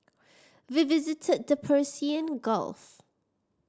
we visited the Persian Gulf